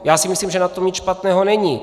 Já si myslím, že na tom nic špatného není.